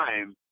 time